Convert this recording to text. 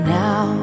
now